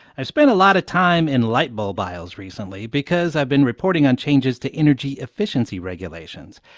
i've spent a lot of time in lightbulb aisles recently because i've been reporting on changes to energy efficiency regulations.